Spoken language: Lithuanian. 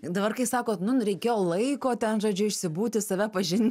dabar kai sakot nu n reikėjo laiko ten žodžiu išsibūti save pažint